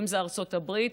ואם זו ארצות הברית.